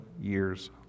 years